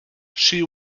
she